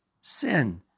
sin